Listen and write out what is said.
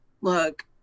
Look